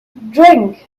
drink